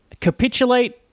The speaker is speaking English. capitulate